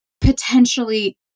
potentially